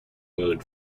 mode